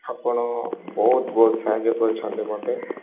ଆପଣ ବହୁତ ବହୁତ ସାହାଯ୍ୟ କରିଛନ୍ତି ମୋତେ